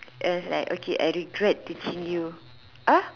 and I was like I regret teaching you ah